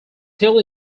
still